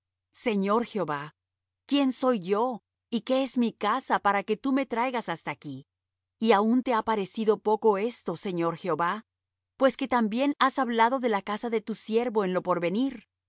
señor jehová quién soy yo y qué es mi casa para que tú me traigas hasta aquí y aun te ha parecido poco esto señor jehová pues que también has hablado de la casa de tu siervo en lo